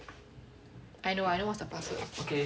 I know I know what's the password